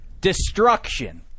destruction